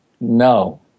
No